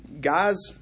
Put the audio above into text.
guys